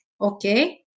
okay